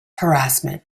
harassment